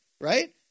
right